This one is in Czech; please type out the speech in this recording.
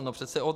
No přece ODS.